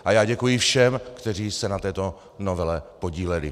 A já děkuji všem, kteří se na této novele podíleli.